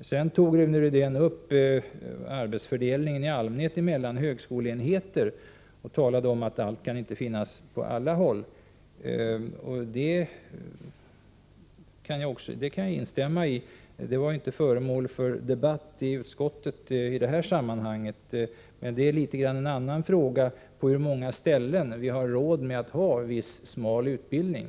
Sedan tog Rune Rydén upp frågan om arbetsfördelningen i allmänhet mellan högskoleenheterna. Han sade att allt inte kan finnas på alla håll. Det kan jag instämma i, och den frågan var inte heller föremål för debatt i utskottet i detta sammanhang. Det är i viss mån en annan frågeställning, nämligen på hur många ställen vi har råd att ha en smal utbildning.